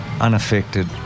unaffected